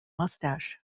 mustache